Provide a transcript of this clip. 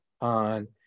on